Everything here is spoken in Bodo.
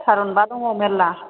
थारुनबा दङ मेरला